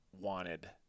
wanted